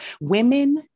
women